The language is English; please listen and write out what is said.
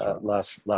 last